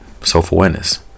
Self-awareness